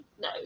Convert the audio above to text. no